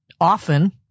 often